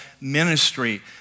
ministry